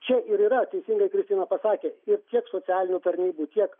čia ir yra teisingai kristina pasakė ir tiek socialinių tarnybų tiek